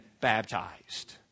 baptized